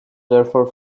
therefore